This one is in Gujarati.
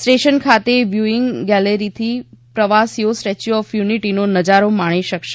સ્ટે શન ખાતે વ્યુપઇંગ ગેલેરીથી પ્રવાસીઓ સ્ટેટચ્યુ ઓફ યુનિટીનો નજારો માણી શકશે